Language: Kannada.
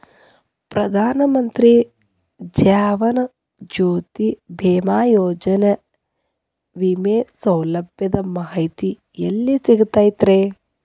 ಪ್ರಧಾನ ಮಂತ್ರಿ ಜೇವನ ಜ್ಯೋತಿ ಭೇಮಾಯೋಜನೆ ವಿಮೆ ಸೌಲಭ್ಯದ ಮಾಹಿತಿ ಎಲ್ಲಿ ಸಿಗತೈತ್ರಿ?